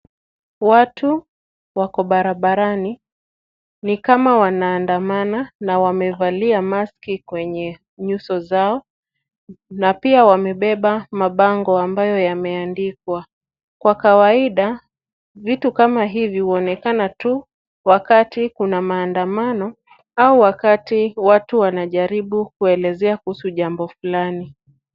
Watu wako barabarani. Ni kama wanaandamana na wamevalia maski kwenye nyuso zao na pia wamebeba mabango ambayo yameandikwa. Kwa kawaida, vitu kama hivi huonekana tu wakati kuna maandamano au wakati watu wanajaribu kuelezea kuhusu jambo flani.